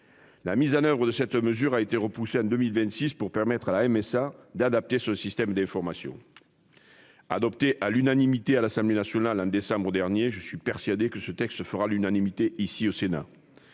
en vigueur du dispositif a été reportée à 2026 pour permettre à la MSA d'adapter son système d'information. Adopté à l'unanimité à l'Assemblée nationale en décembre dernier, je suis persuadé que ce texte fera également l'unanimité au Sénat.